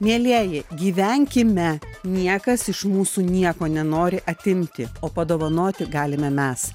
mielieji gyvenkime niekas iš mūsų nieko nenori atimti o padovanoti galime mes